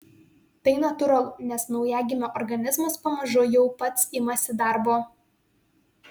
tai natūralu nes naujagimio organizmas pamažu jau pats imasi darbo